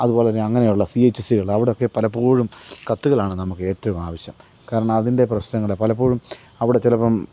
അതുപോലെ തന്നെ അങ്ങനെ ഉള്ള സി എച്ച് സി കള് അവിടെയൊക്കെ പലപ്പോഴും കത്തുകളാണ് നമുക്കേറ്റവും ആവശ്യം കാരണം അതിൻ്റെ പ്രശ്നങ്ങള് പലപ്പോഴും അവിടെ ചിലപ്പം